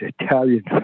Italian